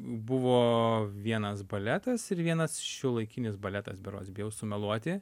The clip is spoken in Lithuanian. buvo vienas baletas ir vienas šiuolaikinis baletas berods bijau sumeluoti